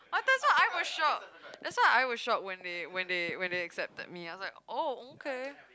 that's why I was shock that's why I was shock when they when they when they accepted me I was like okay